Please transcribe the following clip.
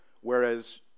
whereas